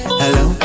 hello